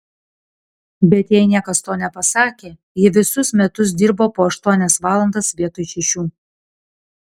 bet jai niekas to nepasakė ji visus metus dirbo po aštuonias valandas vietoj šešių